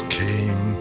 came